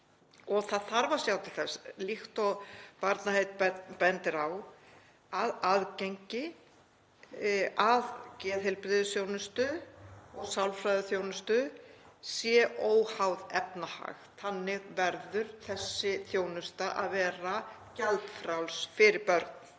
og það þarf að sjá til þess, líkt og Barnaheill benda á, að aðgengi að geðheilbrigðisþjónustu og sálfræðiþjónustu sé óháð efnahag, þannig verður þessi þjónusta að vera, gjaldfrjáls fyrir börn